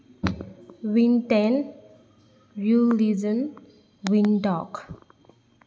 ꯋꯤꯡꯇꯦꯟ ꯕ꯭ꯌꯨ ꯂꯤꯖꯟ ꯋꯤꯡꯗꯣꯛ